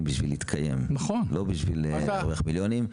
כדי להתקיים ולא כדי להרוויח מיליונים.